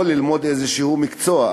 או ללמוד איזה מקצוע.